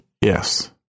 Yes